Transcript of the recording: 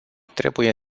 trebuie